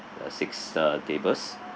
six uh the tables